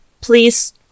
please